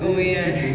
oh ya